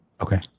Okay